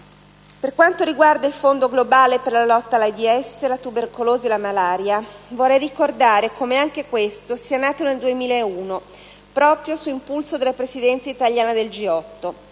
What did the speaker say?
Per quanto riguarda il Fondo globale per la lotta all'AIDS, la tubercolosi e la malaria, vorrei ricordare come anche questo sia nato nel 2001 proprio su impulso della Presidenza italiana del G8.